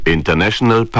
International